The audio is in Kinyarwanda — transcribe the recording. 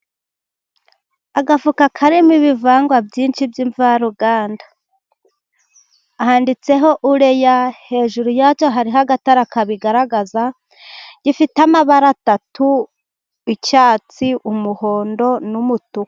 Agafuka karimo ibivangwa byinshi by'imvaruganda. Handitseho Urea, hejuru ya cyo hariho agatara kabigaragaza gifite amabara atatu icyatsi, umuhondo, n'umutuku.